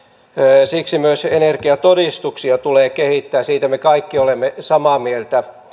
siksi myös energiatodistuksia tulee kehittää siitä me kaikki olemme samaa mieltä